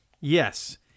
Yes